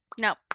no